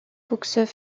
pouxeux